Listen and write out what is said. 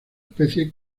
especie